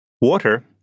Water